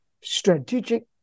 strategic